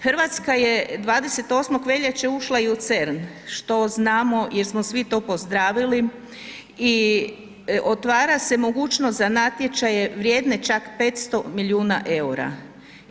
Hrvatska je 28. veljače ušla i u CERN što znamo, jer smo svi to pozdravili i otvara se mogućnost za natječaje vrijedne čak 500 milijuna EUR-a.